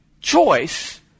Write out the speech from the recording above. choice